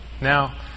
Now